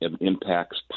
impacts